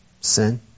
Sin